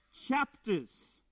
chapters